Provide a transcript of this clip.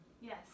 Yes